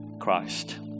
Christ